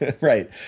Right